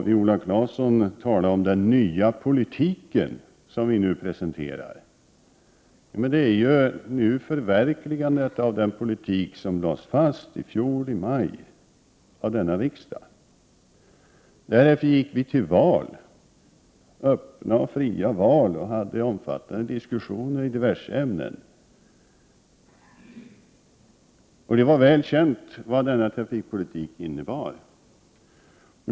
Viola Claesson talade om den nya politiken som nu presenteras. Men det är ju ett förverkligande av den politik som lades fast av denna riksdag i maj i fjol. Därefter gick vi till öppna och fria val och hade omfattande diskussioner i diverse ämnen. Och det var väl känt vad denna trafikpolitik innebar.